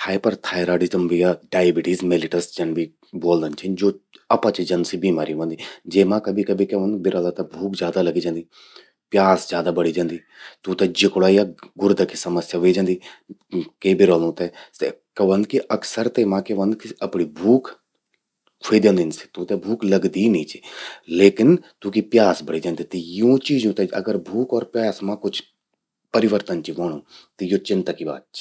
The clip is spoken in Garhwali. हाइपरथॉइराडिज्म या डायबिटीज मिलेटस जन भी ब्वोलदन छिन। ज्वो अपच जनसि बीमारि व्हंदि। जेमा कभि कभि क्या व्हंद, बिरला ते भूख ज्यादा लगि जंदि, प्यास ज्यादा बड़ि जंदि। तूंते जिकुड़ा या गुर्दा कि समस्या व्हे जंदि के बरालुं ते। क्या व्हंद कि, अक्सर तेमा क्या व्हंद कि अपणि भूख ख्वे द्योंदन सि। तूंते भूख लगदि ही नी चि। लेकिन, तूंकि प्यास बढ़ि जंदि, त यूं चीजों ते अगर भूख अर प्यास मां कुछ परिवर्तन चि व्होंणूं त या चिंता कि बात चि।